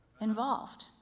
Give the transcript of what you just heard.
involved